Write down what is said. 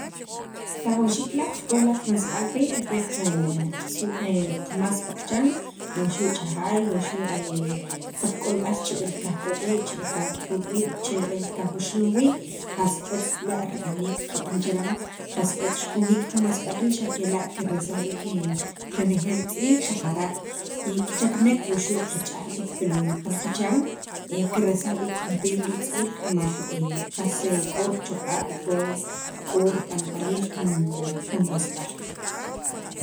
Rajawxiik b'la' qakoj laj qamasab'al rii' re qe qasu' qamas pi qa chan waxu' cha jaay waxu' pi qak'olb'al che'el qajk'ob' wii', che'el kajk'ioyoqob' wii', che'el kajuxulun wii', qas otz b'la' rib'aniik kab'an chiran qas otz rikojiil jun masb'al rii', xa' kela' kirelsaj b'iik renejeel tz'iil xaqara' kichakanek wuxu' qach'aj b'iik pil qachan kirelsaj b'iik juntir li tz'iil rimal qas k'o richoq'ab' k'o k'o rib'anb'aliil jun jun masb'al.